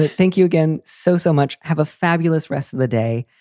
ah thank you again so, so much. have a fabulous rest of the day.